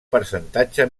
percentatge